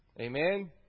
Amen